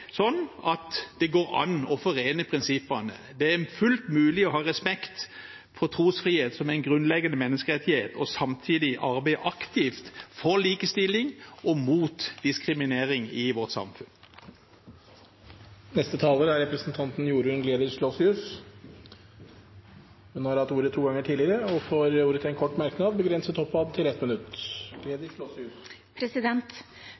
sånn at det går an å forene prinsippene. Det er fullt mulig å ha respekt for trosfrihet som en grunnleggende menneskerettighet og samtidig arbeide aktivt for likestilling og mot diskriminering i vårt samfunn. Representanten Jorunn Gleditsch Lossius har hatt ordet to ganger tidligere og får ordet til en kort merknad, begrenset til 1 minutt.